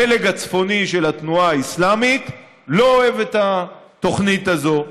הפלג הצפוני של התנועה האסלאמית לא אוהב את התוכנית הזאת.